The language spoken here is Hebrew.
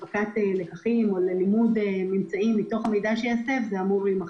הפקת לקחים ולימוד ממצאים מתוך המידע שייאסף זה אמור להימחק.